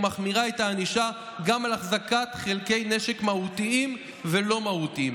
ומחמירה את הענישה גם על החזקת חלקי נשק מהותיים ולא מהותיים.